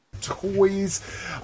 Toys